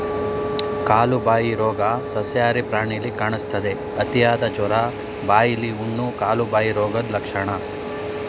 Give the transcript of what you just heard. ಕಾಲುಬಾಯಿ ರೋಗ ಸಸ್ಯಾಹಾರಿ ಪ್ರಾಣಿಲಿ ಕಾಣಿಸ್ತದೆ, ಅತಿಯಾದ ಜ್ವರ, ಬಾಯಿಲಿ ಹುಣ್ಣು, ಕಾಲುಬಾಯಿ ರೋಗದ್ ಲಕ್ಷಣ